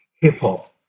Hip-hop